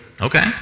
Okay